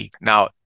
Now